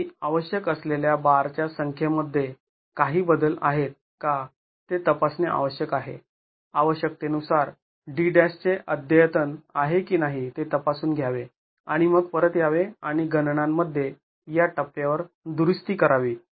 तथापि आवश्यक असलेल्या बार च्या संख्ये मध्ये काही बदल आहेत का ते तपासणे आवश्यक आहे आवश्यकतेनुसार d' चे अद्यतन आहे की नाही ते तपासून घ्यावे आणि मग परत यावे आणि गणनांमध्ये या टप्प्यावर दुरुस्ती करावी